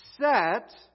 set